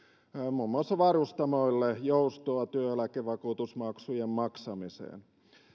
varustamoille joustoa työeläkevakuutusmaksujen maksamiseen